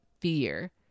fear